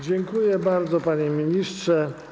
Dziękuję bardzo, panie ministrze.